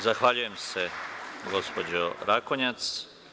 Zahvaljujem se, gospođo Rakonjac.